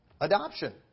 adoption